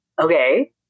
Okay